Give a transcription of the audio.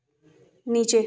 नीचे